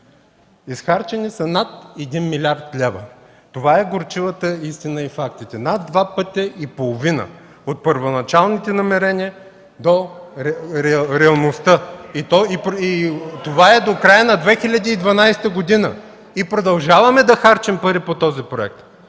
Изхарчени са над 1 млрд. лв.! Това е горчивата истина и факт – над два пъти и половина от първоначалните намерения до реалността. Това е до края на 2012 г. и продължаваме да харчим пари по този проект!